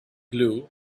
blue